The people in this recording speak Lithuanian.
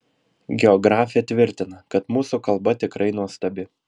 geografė tvirtina kad mūsų kalba tikrai nuostabi